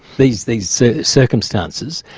these these circumstances,